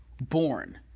born